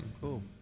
Cool